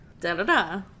da-da-da